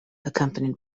accompanied